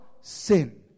Sin